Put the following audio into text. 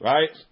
Right